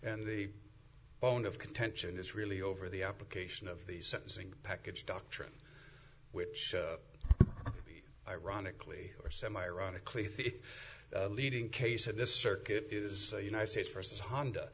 and the bone of contention is really over the application of the sentencing package doctrine which ironically or some ironically three leading case said this circuit is a united states versus honda